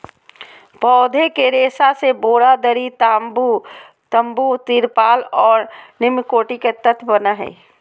पौधे के रेशा से बोरा, दरी, तम्बू, तिरपाल और निम्नकोटि के तत्व बनो हइ